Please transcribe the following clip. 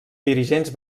dirigents